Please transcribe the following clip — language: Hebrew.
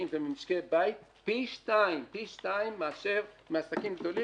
וממשקי בית פי 2 מאשר מעסקים גדולים.